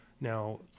Now